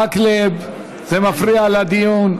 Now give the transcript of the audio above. מקלב, זה מפריע לדיון.